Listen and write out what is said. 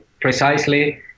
precisely